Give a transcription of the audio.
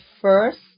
first